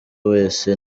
wese